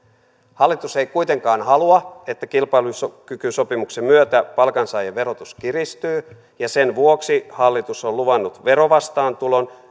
hallitus ei kuitenkaan halua että kilpailukykysopimuksen myötä palkansaajien verotus kiristyy ja sen vuoksi hallitus on luvannut verovastaantulon